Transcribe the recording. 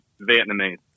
Vietnamese